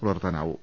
പുലർത്താനാവൂ